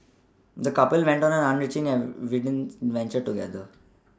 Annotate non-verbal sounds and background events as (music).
the couple went on an enriching and (unintelligible) adventure together